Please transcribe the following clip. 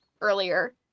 earlier